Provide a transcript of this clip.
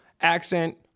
accent